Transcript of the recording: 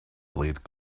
blade